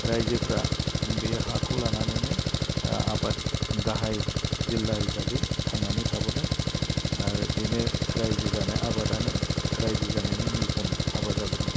राज्योफ्रा बे हाखौ लानानैनो आबाद गाहाय जिल्ला हिसाबै थांनानै थाबोदों आरो बेनो राज्यो जानाय आबादानो राज्यो जानायनि मैखोम हाबा जाबोदों